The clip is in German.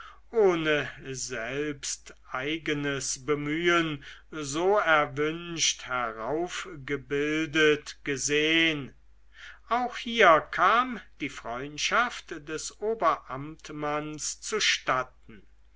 ohne selbsteigenes bemühen so erwünscht heraufgebildet gesehn auch hier kam die freundschaft des oberamtmanns zustatten